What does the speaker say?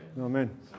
Amen